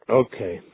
okay